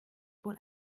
wohl